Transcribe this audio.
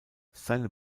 seine